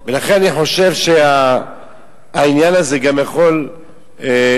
לכן אני חושב שהעניין הזה גם יכול לפתור